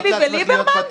ביבי וליברמן?